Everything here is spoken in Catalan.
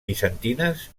bizantines